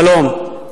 שלום,